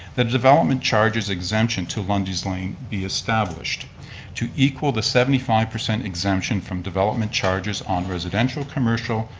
that development charges exemption to lundy's lane be established to equal the seventy five percent exemption from development charges on residential, commercial,